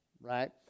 Right